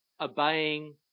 obeying